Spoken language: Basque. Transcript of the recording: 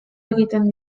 egiten